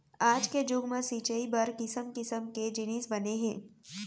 आज के जुग म सिंचई बर किसम किसम के जिनिस बने हे